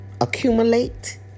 accumulate